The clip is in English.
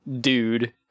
dude